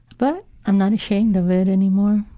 but, i'm not ashamed of it anymore,